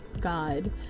God